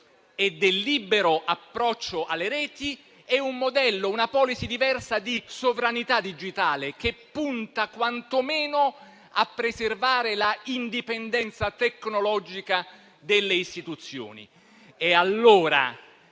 e del libero approccio alle reti, e un modello, una *policy* diversa di sovranità digitale, che punta quantomeno a preservare l'indipendenza tecnologica delle istituzioni.